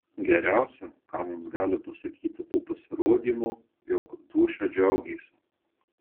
geriausia ką mums gali pasakyti po pasirodymo jog dūšia džiaugėsi